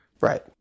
right